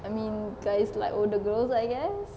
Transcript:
I mean guys like older girls I guess